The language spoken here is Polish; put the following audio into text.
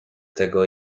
tego